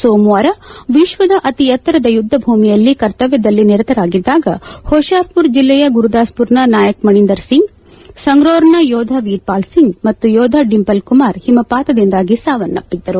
ಸೋಮವಾರ ವಿಶ್ವದ ಅತೀ ಎತ್ತರದ ಯುದ್ದ ಭೂಮಿಯಲ್ಲಿ ಕರ್ತವ್ದದಲ್ಲಿ ನಿತರರಾಗಿದ್ದಾಗ ಹೊಶಿಯಾರ್ಪುರ್ ಜಿಲ್ಲೆಯ ಗುರುದಾಸ್ಪುರ್ನ ನಾಯಕ್ ಮಣೀಂದರ್ ಸಿಂಗ್ ಸಂಗ್ರೋರ್ನ ಯೋಧ ವೀರ್ಪಾಲ್ ಸಿಂಗ್ ಮತ್ತು ಯೋಧ ಡಿಂಪಲ್ ಕುಮಾರ್ ಹಿಮಪಾತದಿಂದಾಗಿ ಸಾವನ್ನಪ್ಪಿದ್ದರು